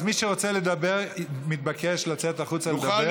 אז מי שרוצה לדבר מתבקש לצאת החוצה לדבר,